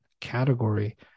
category